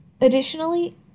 Additionally